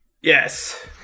Yes